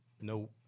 no